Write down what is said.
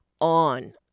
on